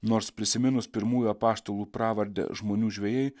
nors prisiminus pirmųjų apaštalų pravardę žmonių žvejai